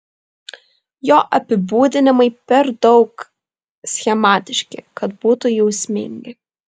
jo apibūdinimai per daug schematiški kad būtų jausmingi